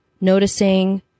Noticing